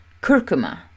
Curcuma